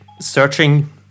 searching